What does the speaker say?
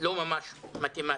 לא ממש מתמטי.